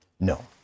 No